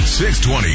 620